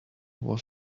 was